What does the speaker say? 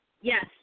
Yes